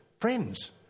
Friends